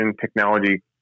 technology